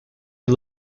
are